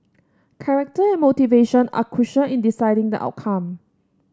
character and motivation are crucial in deciding the outcome